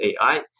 AI